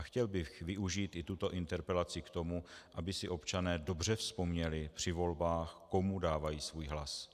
Chtěl bych využít i tuto interpelaci k tomu, aby si občané dobře vzpomněli při volbách, komu dávají svůj hlas.